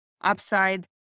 upside